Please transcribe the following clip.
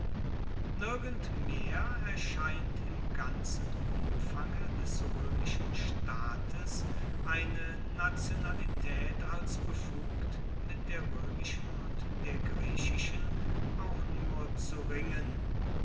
nirgendmehr erscheint im ganzen umfange des römischen staates eine nationalität als befugt mit der römischen und der griechischen auch nur zu ringen